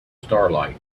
starlight